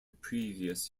previous